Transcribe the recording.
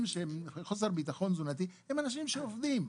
שבחוסר ביטחון תזונתי הם אנשים עובדים.